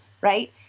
right